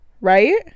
Right